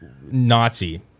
Nazi